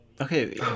okay